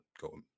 go